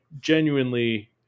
genuinely